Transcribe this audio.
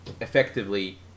effectively